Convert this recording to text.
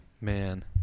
Man